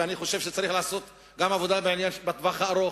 ואני חושב שצריך לעשות עבודה גם לטווח הארוך,